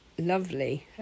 lovely